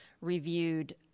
reviewed